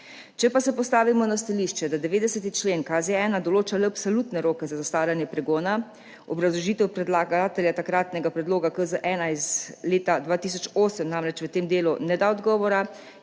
Če pa se postavimo na stališče, da 90. člen KZ-1 določa le absolutne roke za zastaranje pregona, obrazložitev predlagatelja takratnega predloga KZ-1 iz leta 2008 namreč v tem delu ne da odgovora,